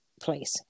place